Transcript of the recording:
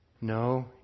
No